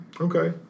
Okay